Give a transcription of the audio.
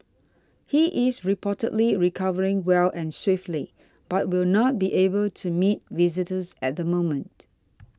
he is reportedly recovering well and swiftly but will not be able to meet visitors at the moment